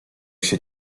się